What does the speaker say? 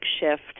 shift